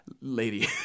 lady